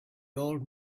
old